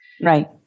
Right